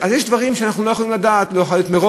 אז יש דברים שאנחנו לא יכולים לדעת מראש.